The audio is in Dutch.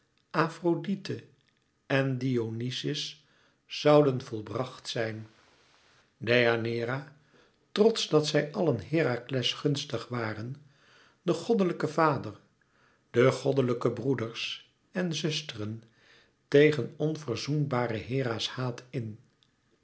afrodite en dionyzos zouden volbracht zijn deianeira trotsch dat zij allen herakles gunstig waren de goddelijke vader de goddelijke broeders en zusteren tegen onverzoenbare hera's haat in